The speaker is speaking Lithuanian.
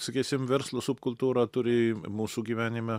sakysim verslo subkultūra turi mūsų gyvenime